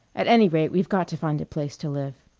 at any rate we've got to find a place to live.